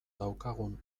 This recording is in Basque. daukagun